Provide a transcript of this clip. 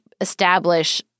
establish